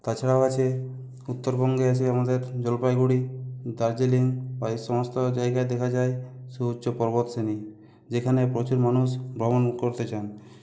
তাছাড়াও আছে উত্তরবঙ্গে আছে আমাদের জলপাইগুড়ি দার্জিলিং বা এই সমস্ত জায়গায় দেখা যায় সুউচ্চ পর্বতশ্রেণী যেখানে প্রচুর মানুষ ভ্রমণ করতে যান